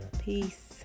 Peace